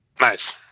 Nice